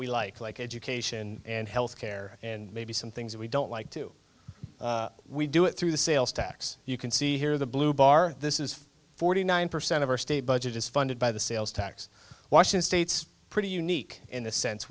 we like like education and health care and maybe some things we don't like to we do it through the sales tax you can see here the blue bar this is forty nine percent of our state budget is funded by the sales tax wash and states pretty unique in the sense